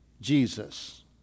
Jesus